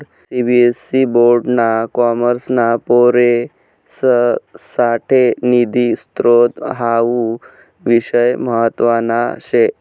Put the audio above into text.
CBSE board ना कॉमर्सना पोरेससाठे निधी स्त्रोत हावू विषय म्हतवाना शे